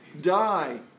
die